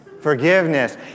Forgiveness